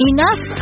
Enough